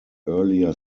earlier